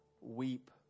weep